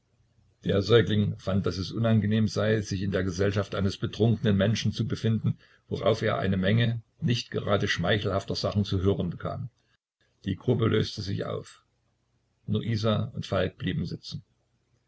der säugling fand daß es unangenehm sei sich in der gesellschaft eines betrunkenen menschen zu befinden worauf er eine menge nicht grade schmeichelhafter sachen zu hören bekam die gruppe löste sich auf nur isa und falk blieben sitzen